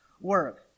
work